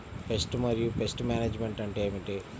Pest మరియు pest management అంటే ఏమిటి?